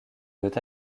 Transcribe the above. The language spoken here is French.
veut